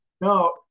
No